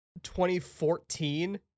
2014